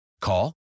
Call